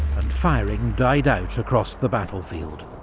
and firing died out across the battlefield.